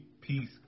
peace